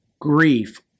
grief